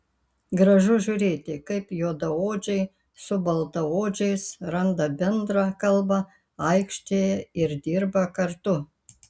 gražu žiūrėti kaip juodaodžiai su baltaodžiais randa bendrą kalbą aikštėje ir dirba kartu